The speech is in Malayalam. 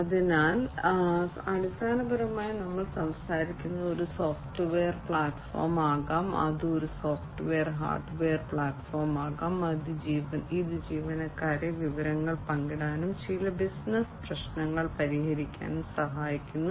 അതിനാൽ അടിസ്ഥാനപരമായി ഞങ്ങൾ സംസാരിക്കുന്നത് ഒരു സോഫ്റ്റ്വെയർ പ്ലാറ്റ്ഫോം ആകാം അത് ഒരു സോഫ്റ്റ്വെയർ ഹാർഡ്വെയർ പ്ലാറ്റ്ഫോമാകാം ഇത് ജീവനക്കാരെ വിവരങ്ങൾ പങ്കിടാനും ചില ബിസിനസ് പ്രശ്നങ്ങൾ പരിഹരിക്കാനും സഹായിക്കുന്നു